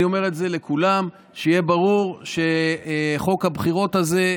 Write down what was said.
אני אומר את זה לכולם: שיהיה ברור שחוק הבחירות הזה,